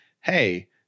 Hey